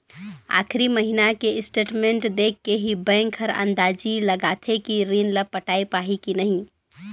आखरी महिना के स्टेटमेंट देख के ही बैंक हर अंदाजी लगाथे कि रीन ल पटाय पाही की नही